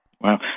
Wow